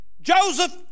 Joseph